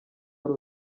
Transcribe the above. wari